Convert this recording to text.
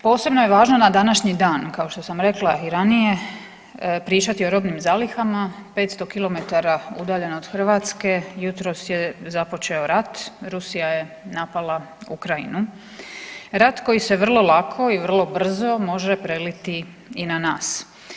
Posebno je važno na današnji dan kao što sam rekla i ranije pričati o robnim zalihama, 500 km udaljeno od Hrvatske jutros je započeo rat, Rusija je napala Ukrajinu, rat koji se vrlo lako i vrlo brzo može preliti i na nas.